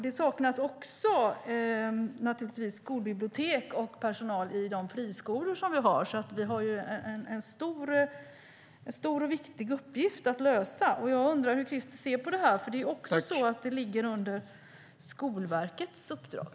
Det saknas naturligtvis också skolbibliotek och personal i friskolorna. Vi har en stor och viktig uppgift att lösa. Jag undrar hur Christer ser på det, för det ligger också under Skolverkets uppdrag.